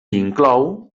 inclou